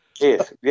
Yes